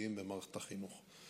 החינוכיים במערכת החינוך.